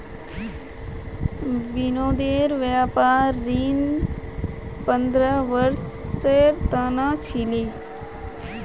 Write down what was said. विनोदेर व्यापार ऋण पंद्रह वर्षेर त न छिले